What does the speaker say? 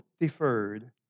deferred